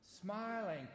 Smiling